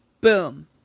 Boom